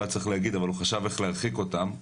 היה צריך להגיד אבל הוא חשב איך להרחיק אותם.